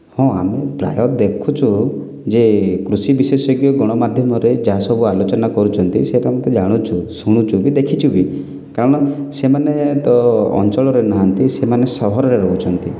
ହଁ ଆମେ ପ୍ରାୟ ଦେଖୁଛୁ ଯେ କୃଷି ବିଶେଷଜ୍ଞ ଗଣମାଧ୍ୟମରେ ଯାହା ସବୁ ଆଲୋଚନା କରୁଛନ୍ତି ସେଇଟା ଆମେ ତ ଜାଣୁଛୁ ଶୁଣୁଛୁ ବି ଦେଖିଛୁବି କାରଣ ସେମାନେ ତ ଅଞ୍ଚଳରେ ନାହାନ୍ତି ସେମାନେ ସହରରେ ରହୁଛନ୍ତି